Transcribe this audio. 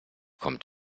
kommt